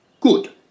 good